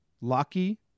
Lucky